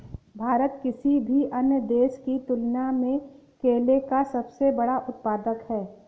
भारत किसी भी अन्य देश की तुलना में केले का सबसे बड़ा उत्पादक है